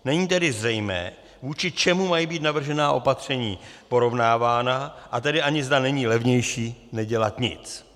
Není tedy zřejmé, vůči čemu mají být navržená opatření porovnávána, a tedy ani, zda není levnější nedělat nic.